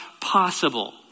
possible